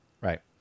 right